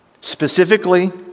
Specifically